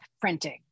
printing